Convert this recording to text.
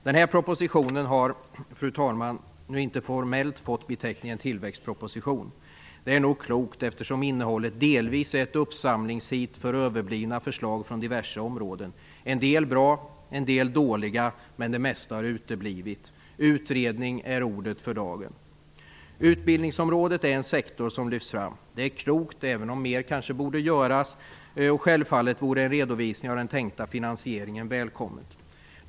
Den här propositionen har, fru talman, inte formellt fått beteckningen tillväxtproposition. Det är nog klokt, eftersom innehållet delvis är ett uppsamlingsheat för överblivna förslag från diverse områden. En del bra, en del dåliga, men det mesta har uteblivit. Utredning är ordet för dagen. Utbildningsområdet är en sektor som lyfts fram. Det är klokt, även om mer kanske borde göras - och självfallet vore en redovisning av den tänkta finansieringen välkommen.